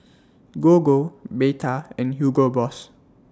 Gogo Bata and Hugo Boss